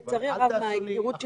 לצערי הרב, מההיכרות שלי,